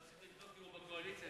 רציתי לבדוק אם הוא בקואליציה,